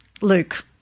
Luke